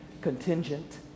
Contingent